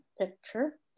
picture